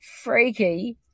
Freaky